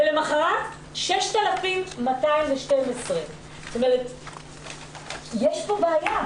ולמוחרת 6,212. יש פה בעיה.